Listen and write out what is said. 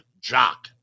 jock